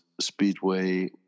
Speedway